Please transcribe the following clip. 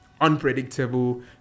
unpredictable